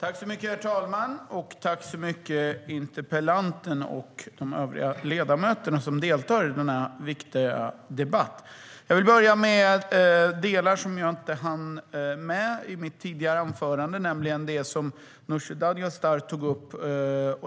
Herr talman! Tack till interpellanten och de övriga ledamöter som deltar i denna viktiga debatt. Jag vill börja med delar som jag inte hann med i mitt tidigare anförande, nämligen det som Nooshi Dadgostar tog upp.